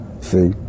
See